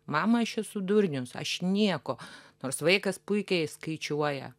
mama aš esu durnius aš nieko nors vaikas puikiai skaičiuoja